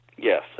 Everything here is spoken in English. Yes